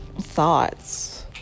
thoughts